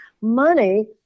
Money